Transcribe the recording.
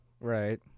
Right